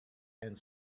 and